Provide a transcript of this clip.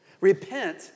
Repent